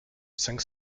cinq